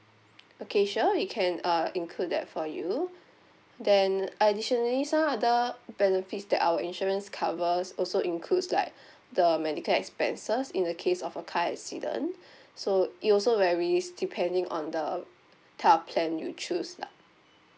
okay sure we can uh include that for you then additionally some other benefits that our insurance covers also includes like the medical expenses in the case of a car accident so it also varies depending on the type of plan you choose lah